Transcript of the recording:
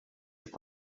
est